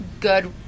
good